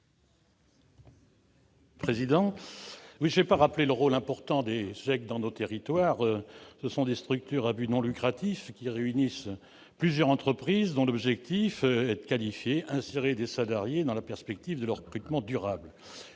n° 121. Je ne vais pas rappeler le rôle important des GEIQ dans nos territoires. Les GEIQ sont des structures à but non lucratif qui réunissent plusieurs entreprises dans l'objectif de qualifier et d'insérer des salariés dans la perspective de leur recrutement durable.